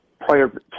prior –